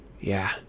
Yeah